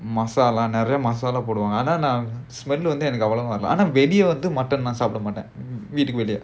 மசாலா நிறைய மசாலா போடுவாங்க ஆனா நான் வெளிய வந்து:masalaa niraiya masala poduvaanga aanaa naan veliya vandhu mutton நான் சாப்பிட மாட்டேன் வீட்டுக்கு வெளிய:naan saappida maattaen veetukku veliya